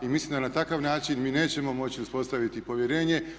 I mislim da na takav način mi nećemo moći uspostaviti povjerenje.